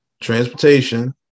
transportation